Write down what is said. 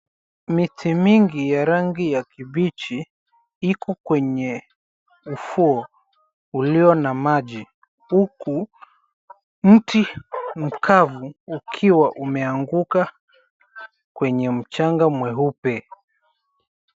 Miti mingi ya rangi ya kibichi iko kwenye ufuo ulio na maji huku mti mkavu ukiwa umeanguka kwenye mchanga mweupe.